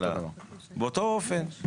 באותו אופן.